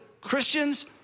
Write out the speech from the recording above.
Christians